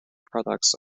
products